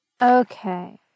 Okay